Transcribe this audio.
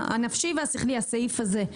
הנפשי והשכלי, הסעיף הזה,